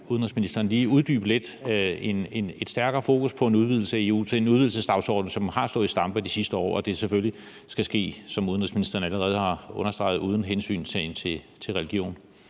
udenrigsministeren lige uddybe lidt, altså det med et stærkere fokus på en udvidelse af EU. Det er en udvidelsesdagsorden, som har stået i stampe de sidste år, og det skal selvfølgelig, som udenrigsministeren allerede har understreget, ske uden hensyntagen til religion.